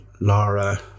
Laura